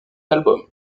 album